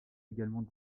également